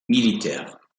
militaires